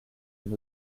une